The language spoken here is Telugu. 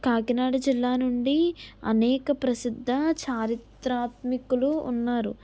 కాకినాడ జిల్లా నుండి అనేక ప్రసిద్ధ చారిత్రాత్మికులు ఉన్నారు